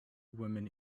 women